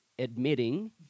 admitting